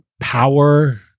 power